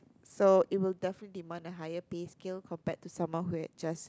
so it will definitely demand a higher pay skill compared to someone who had just